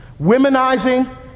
womenizing